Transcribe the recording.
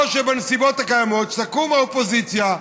או שבנסיבות הקיימות תקום האופוזיציה,